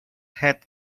head